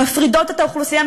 מפרידות את האוכלוסייה,